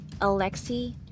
Alexei